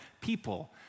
people